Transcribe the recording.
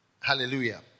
Hallelujah